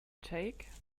take